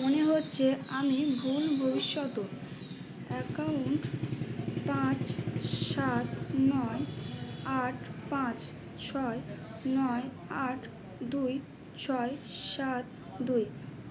মনে হচ্ছে আমি ভুলবশত অ্যাকাউন্ট পাঁচ সাত নয় আট পাঁচ ছয় নয় আট দুই ছয় সাত দুই